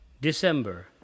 December